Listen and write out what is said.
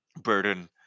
burden